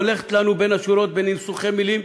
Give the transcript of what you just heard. הולכת לנו בין השורות בניסוחי מילים,